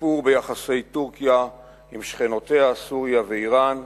ושיפור ביחסי טורקיה עם שכנותיה סוריה ואירן,